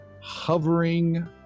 hovering